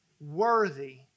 worthy